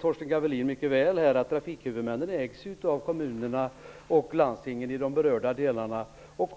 Torsten Gavelin vet mycket väl att trafikhuvudmännen ägs av kommunerna och landstingen i de berörda delarna.